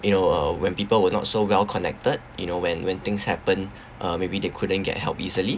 you know uh when people were not so well connected you know when when things happened uh maybe they couldn't get help easily